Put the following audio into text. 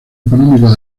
económicos